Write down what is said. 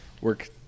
work